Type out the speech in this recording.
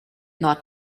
not